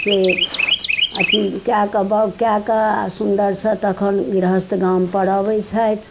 से अथी कए कऽ बाओग कए कऽ आ सुन्दरसँ तखन गृहस्थ गामपर अबै छथि